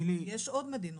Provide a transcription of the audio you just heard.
יש עוד מדינות.